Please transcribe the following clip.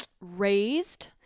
raised